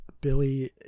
Billy